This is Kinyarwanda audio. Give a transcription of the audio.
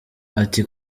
ati